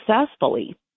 successfully